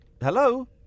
Hello